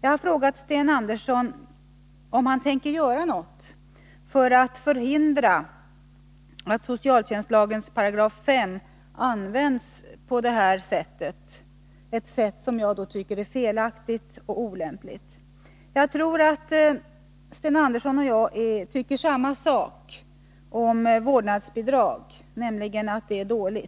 Jag har frågat Sten Andersson om han tänker göra någonting för att förhindra att socialtjänstlagens 5 § används på detta sätt, ett sätt som jag tycker är felaktigt och olämpligt. Jag tror att Sten Andersson och jag tycker detsamma om vårdnadsbidrag, nämligen att de är dåliga.